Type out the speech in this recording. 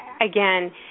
Again